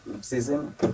season